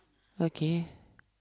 okay